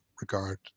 regard